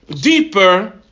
deeper